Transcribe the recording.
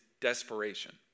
desperation